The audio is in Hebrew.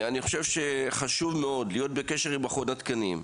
אני חושב שחשוב מאוד להיות בקשר עם מכון התקנים,